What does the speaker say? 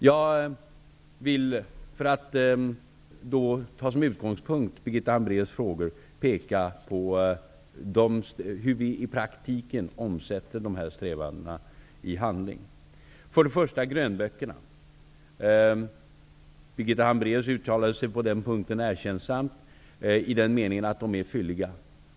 Jag vill med utgångspunkt från Birgitta Hambraeus frågor peka på hur vi i praktiken omsätter dessa strävanden i handling. Birgitta Hambraeus uttalade sig erkännande om grönböckerna, i den meningen att de är fylliga.